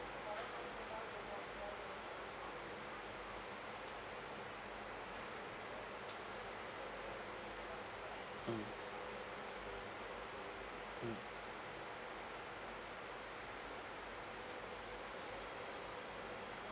mm mm mm